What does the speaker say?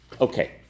Okay